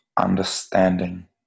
understanding